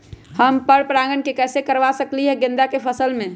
हम पर पारगन कैसे करवा सकली ह गेंदा के फसल में?